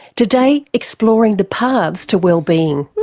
today exploring the paths to wellbeing.